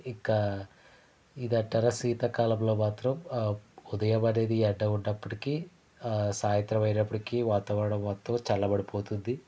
ఇక ఇదంటారా శీతాకాలంలో మాత్రం ఉదయం అనేది ఎండ ఉన్నప్పటికీ సాయంత్రం అయినప్పటికీ వాతావరణం మొత్తం చల్లబడిపోతుంది